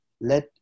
let